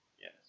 Yes